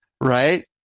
right